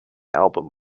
album